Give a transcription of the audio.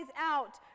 out